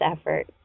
effort